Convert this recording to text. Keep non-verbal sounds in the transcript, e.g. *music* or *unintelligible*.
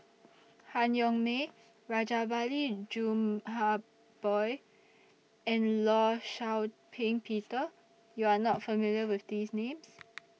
Han Yong May Rajabali *unintelligible* and law Shau Ping Peter YOU Are not familiar with These Names